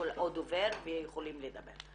דובר ויכולים לדבר.